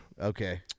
Okay